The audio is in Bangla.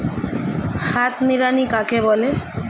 হাত নিড়ানি কাকে বলে?